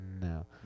no